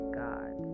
god